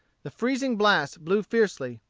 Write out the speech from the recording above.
the freezing blasts blew fiercely,